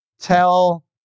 tell